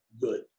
good